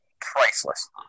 priceless